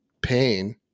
pain